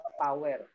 power